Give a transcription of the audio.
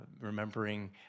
remembering